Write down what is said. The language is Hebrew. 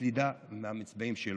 סלידה מהמצביעים שלו.